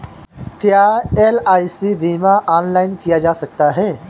क्या एल.आई.सी बीमा ऑनलाइन किया जा सकता है?